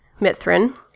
Mithrin